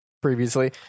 previously